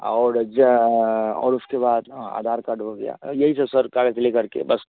और जा और उसके बाद हाँ आधार कार्ड हो गया यही जो सर कागज़ लेकर के बस